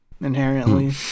inherently